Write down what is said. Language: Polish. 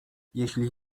jeśli